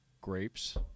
Grapes